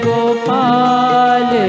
Gopal